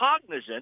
cognizant